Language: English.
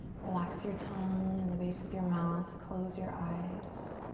relax your tongue in the base of your mouth, close your eyes.